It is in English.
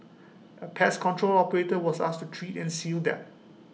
A pest control operator was asked to treat and seal them